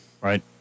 Right